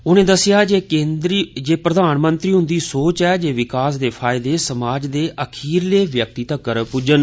उनें दस्सेया जे प्रधानमंत्री ह्न्दी सोच ऐ जे विकास ते फायदे समाज दे अखीरले व्यक्ति तक्कर पुज्जन